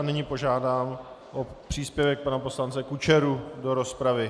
Nyní požádám o příspěvek pana poslance Kučery do rozpravy.